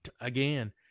Again